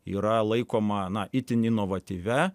yra laikoma na itin inovatyvia